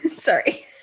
sorry